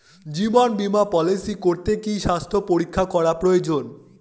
জীবন বীমা পলিসি করতে কি স্বাস্থ্য পরীক্ষা করা প্রয়োজন?